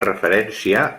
referència